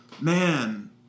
Man